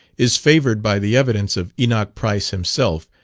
is favoured by the evidence of enoch price himself,